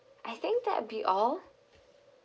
I think that'l be all